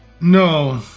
No